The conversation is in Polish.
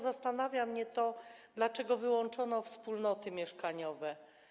Zastanawia mnie tylko to, dlaczego wyłączono wspólnoty mieszkaniowe.